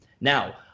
Now